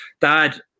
Dad